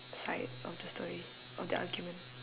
side of the story of the argument